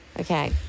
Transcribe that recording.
Okay